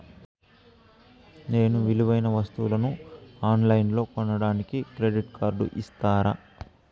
నేను విలువైన వస్తువులను ఆన్ లైన్లో కొనడానికి క్రెడిట్ కార్డు ఇస్తారా?